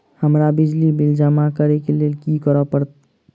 हमरा बिजली बिल जमा करऽ केँ लेल की करऽ पड़त?